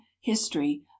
history